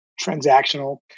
transactional